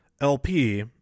LP